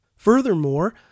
Furthermore